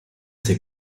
ces